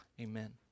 Amen